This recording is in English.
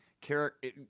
character